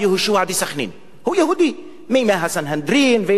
הוא יהודי מימי הסנהדרין ולומדים עליו.